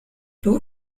two